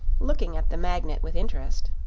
looking at the magnet with interest.